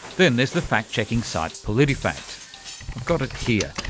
then there's the fact-checking site politifact. i've got it here.